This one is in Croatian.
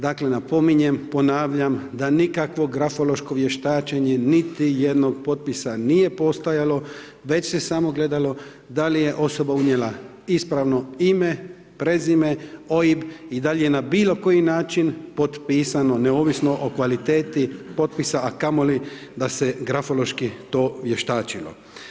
Dakle, napominjem, ponavljam, da nikakvo grafološko vještačenje niti jednog potpisa nije postojalo, već se samo gledalo da li je osoba unijela ispravno ime, prezime, OIB i da li je na bilo koji način potpisano, neovisno o kvaliteti potpisa, a kamoli da se grafološki to vještačilo.